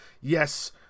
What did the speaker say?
yes